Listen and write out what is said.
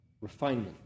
refinement